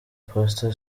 pastor